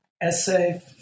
essay